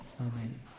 Amen